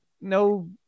no